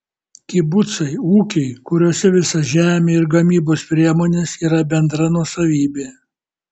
kibucai ūkiai kuriuose visa žemė ir gamybos priemonės yra bendra nuosavybė